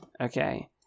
Okay